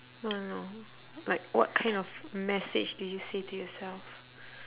no no no like what kind of message do you say to yourself